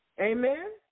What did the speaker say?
Amen